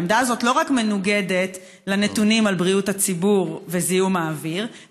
העמדה הזאת לא רק מנוגדת לנתונים על בריאות הציבור וזיהום האוויר,